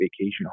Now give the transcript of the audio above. vacation